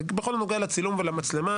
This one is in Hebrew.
בכל הנוגע לצילום ולמצלמה,